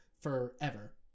forever